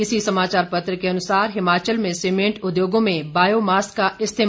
इसी समाचार पत्र के अनुसार हिमाचल में सीमेंट उद्योगों में बायोमास का इस्तेमाल